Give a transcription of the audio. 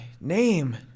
name